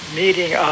meeting